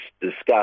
discuss